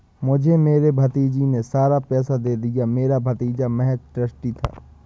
मुझे मेरे भतीजे ने सारा पैसा दे दिया, मेरा भतीजा महज़ ट्रस्टी था